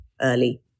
early